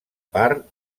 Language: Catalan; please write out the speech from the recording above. part